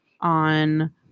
on